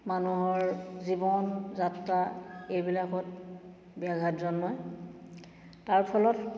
মানুহৰ জীৱন যাত্ৰা এইবিলাকত ব্যাঘাত জন্মায় তাৰ ফলত